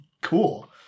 cool